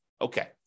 okay